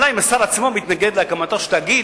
אלא אם כן השר עצמו מתנגד להקמתו של תאגיד.